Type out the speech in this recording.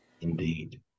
Indeed